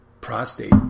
prostate